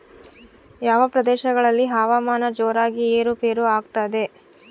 ಯಾವ ಪ್ರದೇಶಗಳಲ್ಲಿ ಹವಾಮಾನ ಜೋರಾಗಿ ಏರು ಪೇರು ಆಗ್ತದೆ?